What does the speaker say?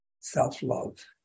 self-love